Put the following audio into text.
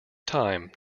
time